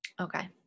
Okay